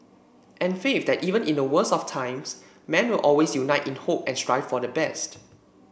and faith that even in the worst of times man will always unite in hope and strive for the best